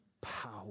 power